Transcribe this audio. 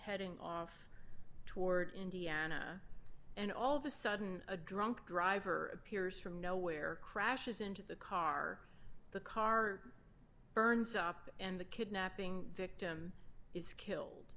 heading off toward indiana and all of a sudden a drunk driver appears from nowhere crashes into the car the car burns up and the kidnapping victim is killed